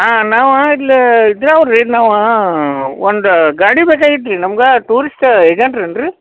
ಹಾಂ ನಾವು ಇಲ್ಲಿ ಇದ್ದೇವೆ ರೀ ನಾವು ಒಂದು ಗಾಡಿ ಬೇಕಾಗಿತ್ತು ರೀ ನಮ್ಗೆ ಟೂರಿಸ್ಟ್ ಏಜೆಂಟ್ರು ಏನು ರೀ